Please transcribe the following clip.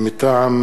לקריאה ראשונה,